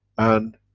and